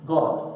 God